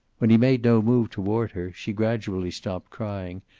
when he made no move toward her she gradually stopped crying,